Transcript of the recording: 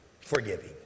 forgiving